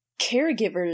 caregivers